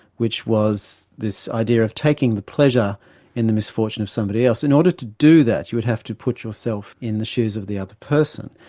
which was this idea of taking pleasure in the misfortune of somebody else. in order to do that, you would have to put yourself in the shoes of the other person.